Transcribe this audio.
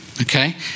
Okay